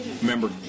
remember